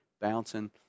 bouncing